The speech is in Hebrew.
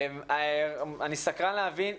אני סקרן להבין,